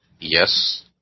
yes